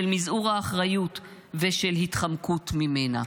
של מזעור האחריות ושל התחמקות ממנה".